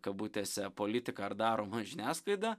kabutėse politika ar daroma žiniasklaida